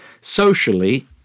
socially